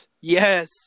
Yes